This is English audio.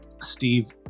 Steve